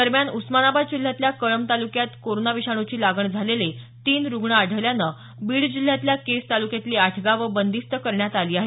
दरम्यान उस्मानाबाद जिल्ह्यातल्या कळंब तालुक्यात कोरोना विषाणुची लागण झालेले तीन रुग्ण आढळल्यानं बीड जिल्ह्यातल्या केज तालुक्यातली आठ गावं बंदिस्त करण्यात आली आहेत